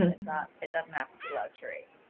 and it's not it doesn't have to be luxury.